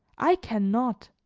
i can not